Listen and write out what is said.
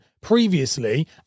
previously